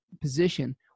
position